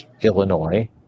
Illinois